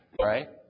Right